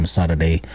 Saturday